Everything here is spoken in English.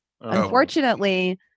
Unfortunately